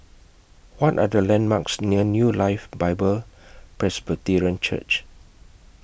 What Are The landmarks near New Life Bible Presbyterian Church